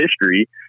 history